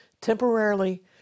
temporarily